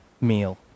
meal